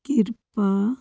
ਕਿਰਪਾ